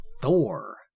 Thor